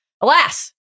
Alas